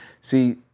See